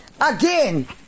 Again